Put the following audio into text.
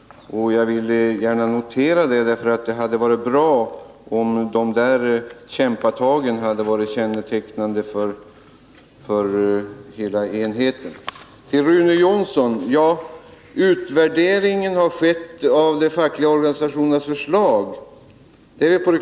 Jag vill gärna notera det därför att det hade varit bra om de kämpatagen hade varit kännetecknande för hela partiet. Till Rune Jonsson: Vi är på det klara med att utvärderingen har skett av de fackliga organisationernas förslag.